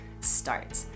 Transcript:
start